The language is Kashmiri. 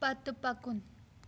پتہٕ پکُن